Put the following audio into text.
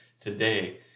today